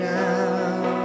now